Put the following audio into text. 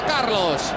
Carlos